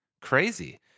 crazy